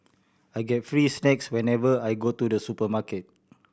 I get free snacks whenever I go to the supermarket